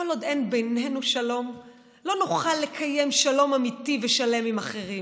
כל עוד אין בינינו שלום לא נוכל לקיים שלום אמיתי ושלם עם אחרים.